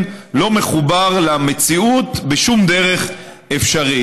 לא מחובר למציאות בשום דרך אפשרית.